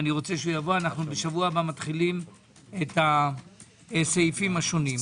בשבוע הבא נתחיל את הסעיפים השונים.